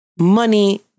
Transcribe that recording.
money